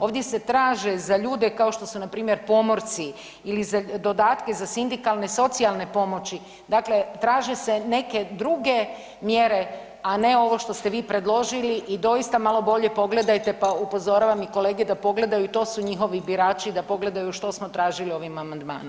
Ovdje se traže za ljude, kao što su npr. pomorci ili dodatke za sindikalne socijalne pomoći, dakle traže se neke druge mjere, a ne ovo što ste vi predložili i doista, malo bolje pogledajte pa, upozoravam i kolege da pogledaju, to su njihovi birači, da pogledaju što smo tražili ovim amandmanom.